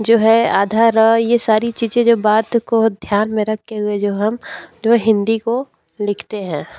जो है आधा र ये सारी चीज़ें जो बात को ध्यान में रखते हुए जो हम जो हिंदी को लिखते हैं